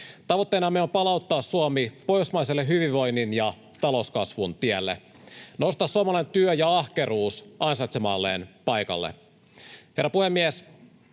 Tavoitteenamme on palauttaa Suomi pohjoismaiselle hyvinvoinnin ja talouskasvun tielle, nostaa suomalainen työ ja ahkeruus ansaitsemalleen paikalle.